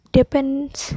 depends